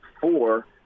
four